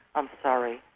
i'm sorry